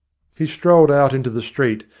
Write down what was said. he strolled out into the street,